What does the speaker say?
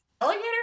Alligator